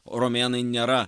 romėnai nėra